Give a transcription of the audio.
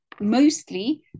mostly